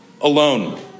alone